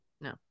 No